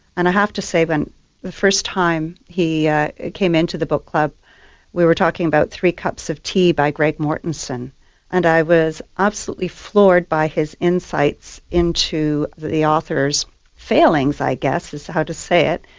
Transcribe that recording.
and i have to say when the first time he came into the book club we were talking about three cups of tea by greg mortenson and i was absolutely floored by his insights into the author's failings i guess is how to say it.